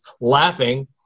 laughing